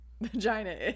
Vagina